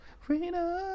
Freedom